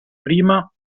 prima